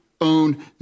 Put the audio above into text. own